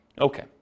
Okay